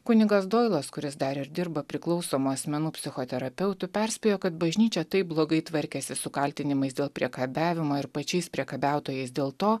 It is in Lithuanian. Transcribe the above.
kunigas doilas kuris dar ir dirba priklausomų asmenų psichoterapeutu perspėjo kad bažnyčia taip blogai tvarkėsi su kaltinimais dėl priekabiavimo ir pačiais priekabiautojais dėl to